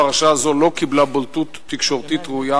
פרשה זו לא קיבלה בולטות תקשורתית ראויה